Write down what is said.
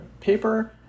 paper